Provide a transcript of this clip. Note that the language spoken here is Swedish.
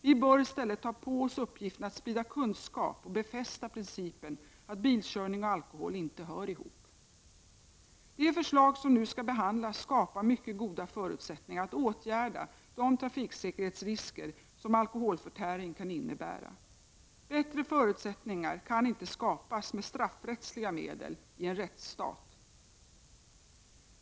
Vi bör i stället ta på oss uppgiften att sprida kunskap och befästa principen att bilkörning och alkohol inte hör ihop. Det förslag som nu skall behandlas skapar mycket goda förutsättningar för att åtgärda de trafiksäkerhetsrisker som alkoholförtäring kan innebära. Bättre förutsättningar kan inte skapas med straffrättsliga medel i en rättsstat.